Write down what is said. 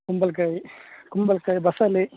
ಕುಂಬಳ್ ಕಾಯಿ ಕುಂಬಳ ಕಾಯಿ ಬಸಲೇ